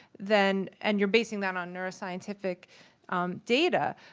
then and you're basing that on neuroscientific data.